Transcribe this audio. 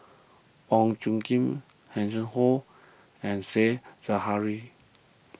Wong Khim Hanson Ho and Said Zahari